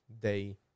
day